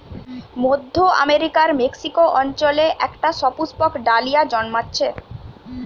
মধ্য আমেরিকার মেক্সিকো অঞ্চলে একটা সুপুষ্পক ডালিয়া জন্মাচ্ছে